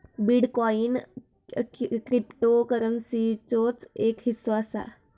bitcoin क्रिप्टोकरंसीचोच एक हिस्सो असा